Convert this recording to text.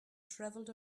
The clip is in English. traveled